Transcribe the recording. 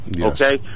okay